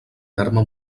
terme